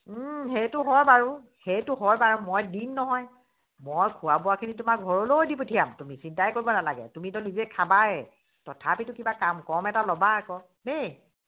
সেইটো হয় বাৰু সেইটো হয় বাৰু মই দিম নহয় মই খোৱা বোৱাখিনি তোমাৰ ঘৰলৈও দি পঠিয়াম তুমি চিন্তাই কৰিব নালাগে তুমিতো নিজে খাবায়ে তথাপিতো কিবা কাম কম এটা ল'বা আকৌ দেই